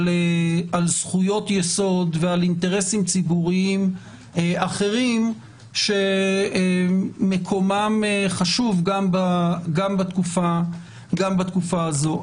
על זכויות יסוד ועל אינטרסים ציבוריים אחרים שמקומם חשוב גם בתקופה הזו.